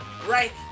right